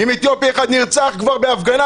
אם אתיופי אחד נרצח כבר בהפגנה,